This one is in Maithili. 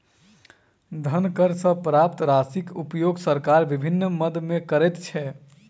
धन कर सॅ प्राप्त राशिक उपयोग सरकार विभिन्न मद मे करैत छै